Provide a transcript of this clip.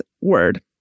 word